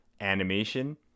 animation